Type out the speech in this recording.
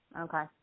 okay